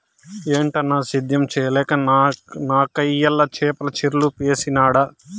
ఏటన్నా, సేద్యం చేయలేక నాకయ్యల చేపల చెర్లు వేసినాడ